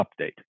Update